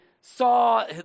saw